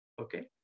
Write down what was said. Okay